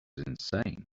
insane